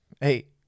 Hey